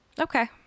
okay